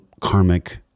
karmic